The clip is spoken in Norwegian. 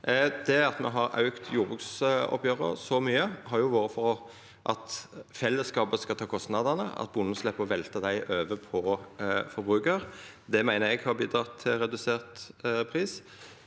me har auka jordbruksoppgjera så mykje, har vore for at fellesskapet skal ta kostnadene, at bonden slepp å velta dei over på forbrukarane. Det meiner eg har bidrege til redusert pris.